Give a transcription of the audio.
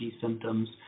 symptoms